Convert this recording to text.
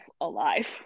alive